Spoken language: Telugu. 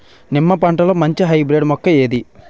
నిమ్మ పంటలో మంచి హైబ్రిడ్ మొక్క ఏది?